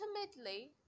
ultimately